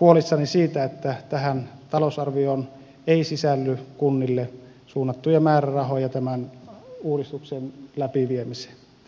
huolissani siitä että tähän talousarvioon ei sisälly kunnille suunnattuja määrärahoja tämän uudistuksen läpiviemiseen ja valmisteluun ja toimeenpanoon